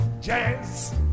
jazz